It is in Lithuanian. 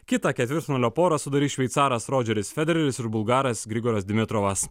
kitą ketvirtfinalio porą sudarys šveicaras rodžeris federeris ir bulgaras grigoras dimitrovas